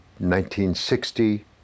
1960